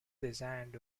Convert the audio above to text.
designed